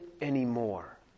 anymore